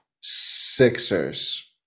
Sixers